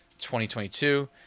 2022